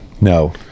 No